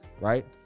right